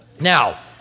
Now